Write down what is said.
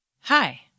Hi